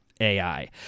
AI